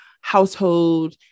household